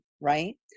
right